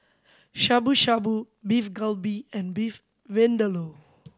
Shabu Shabu Beef Galbi and Beef Vindaloo